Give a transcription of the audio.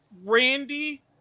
Randy